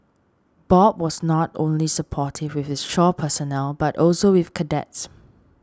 bob was not only supportive with his shore personnel but also with cadets